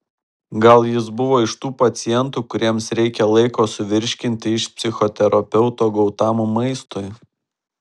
gal jis buvo iš tų pacientų kuriems reikia laiko suvirškinti iš psichoterapeuto gautam maistui